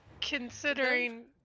considering